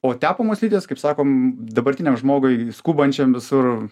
o tepamos slidės kaip sakom dabartiniam žmogui skubančiam visur